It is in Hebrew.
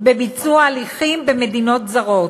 בביצוע הליכים במדינות זרות.